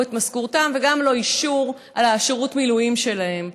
את משכורתם וגם לא אישור על שירות המילואים שלהם.